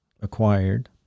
acquired